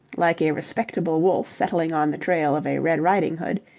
like a respectable wolf settling on the trail of a red riding hood,